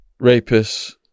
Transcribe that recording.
rapists